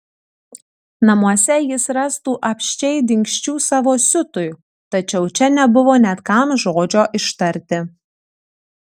namuose jis rastų apsčiai dingsčių savo siutui tačiau čia nebuvo net kam žodžio ištarti